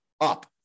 up